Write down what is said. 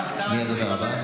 עד הקדיש הגעת?